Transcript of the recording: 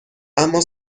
اما